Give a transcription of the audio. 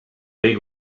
big